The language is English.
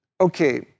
okay